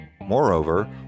Moreover